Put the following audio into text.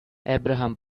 abraham